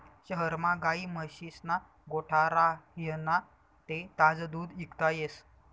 शहरमा गायी म्हशीस्ना गोठा राह्यना ते ताजं दूध इकता येस